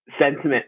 sentiment